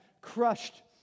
crushed